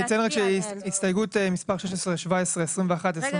אני אציין רק שהסתייגות מספר 16, 17, 21,